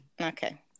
Okay